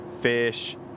Fish